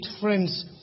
friends